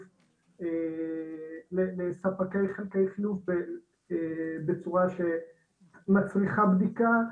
לספקי חלקי חילוף בצורה שמצריכה בדיקה.